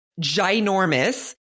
ginormous